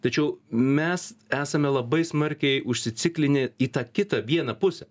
tačiau mes esame labai smarkiai užsiciklinę į tą kitą vieną pusę